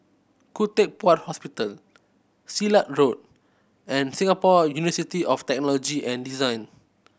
Khoo Teck Puat Hospital Silat Road and Singapore University of Technology and Design